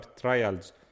trials